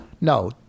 No